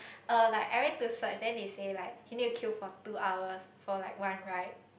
oh like I went to search then they say like you need to queue for two hours for like one ride